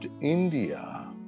India